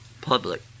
public